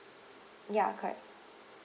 ya correct